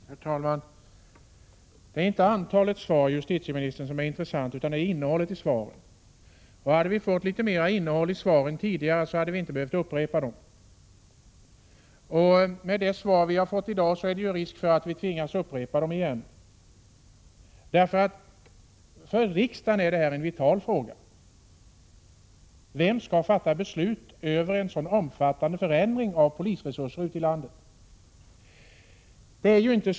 Herr talman! Det är inte antalet svar som är det intressanta utan innehållet | isvaren. Hade vi fått litet mer innehåll i svaren tidigare hade vi inte behövt upprepa frågorna. Med det svar som vi har fått i dag är det också risk för att vi tvingas upprepa dem igen. För riksdagen är detta en vital fråga: Vem skall fatta beslut beträffande en så omfattande förändring av polisresurserna ute i landet?